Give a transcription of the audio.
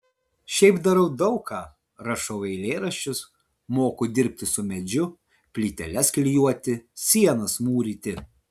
šiaip darau daug ką rašau eilėraščius moku dirbti su medžiu plyteles klijuoti sienas mūryti